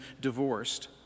divorced